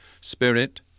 spirit